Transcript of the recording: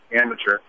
amateur